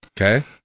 Okay